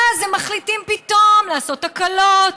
אז הם מחליטים פתאום לעשות הקלות,